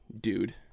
dude